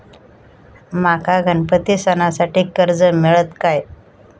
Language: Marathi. माका गणपती सणासाठी कर्ज मिळत काय?